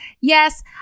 Yes